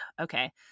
okay